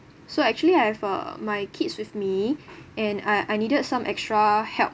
so actually I have uh my kids with me and I I needed some extra help